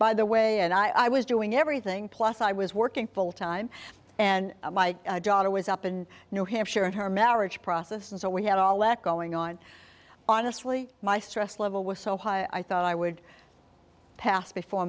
by the way and i was doing everything plus i was working full time and my daughter was up in new hampshire and her marriage process and so we had all that going on honestly my stress level was so high i thought i would pass before